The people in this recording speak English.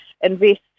invest